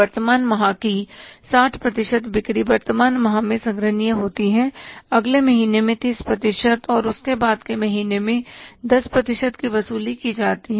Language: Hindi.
वर्तमान माह की 60 प्रतिशत बिक्री वर्तमान माह में संग्रहनिय होती है अगले महीने में 30 प्रतिशत और उसके बाद के महीने में 10 प्रतिशत की वसूली की जाती है